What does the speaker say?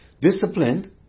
disciplined